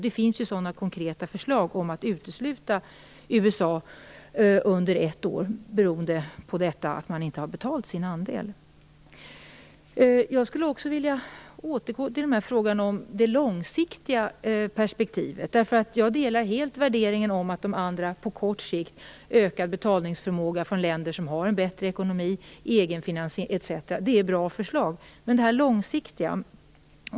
Det finns konkreta förslag om att utesluta USA under ett år, beroende på att man inte har betalat sin andel. Jag skulle också vilja återgå till frågan om det långsiktiga perspektivet. Jag delar helt värderingen att de andra förslagen - som handlar om att länder som har en bättre ekonomi har ökad betalningsförmåga, om egenfinansiering, etc. - är bra på kort sikt, men jag undrar över det långsiktiga.